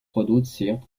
produziert